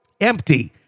empty